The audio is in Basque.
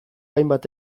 hainbat